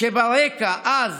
כשברקע אז